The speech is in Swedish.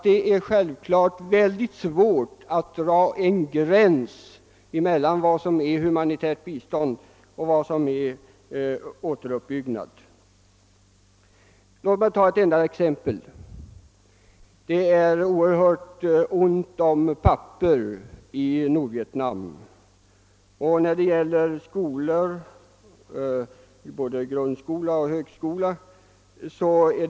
Det är självfallet så, att det är svårt att dra gränsen mellan vad som är humanitärt bistånd och vad som är hjälp till återuppbyggnad. Låt mig anföra ett enda exempel. Det är ont om papper i Nordvietnam, och vi kan knappast göra oss en föreställning om hur liten tilldelningen är.